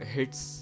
Hits